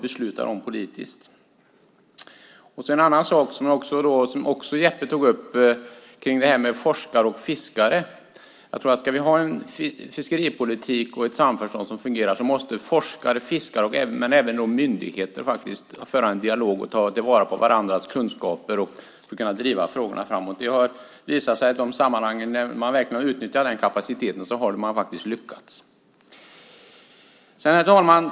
En annan sak som Jeppe Johnsson tog upp gällde forskare och fiskare. Om vi ska ha en fiskeripolitik och ett samförstånd som fungerar måste forskare och fiskare, men även myndigheter, föra en dialog och ta till vara varandras kunskap för att kunna driva frågorna framåt. Det har visat sig att i de sammanhang där man verkligen utnyttjat den kapaciteten har man också lyckats. Herr talman!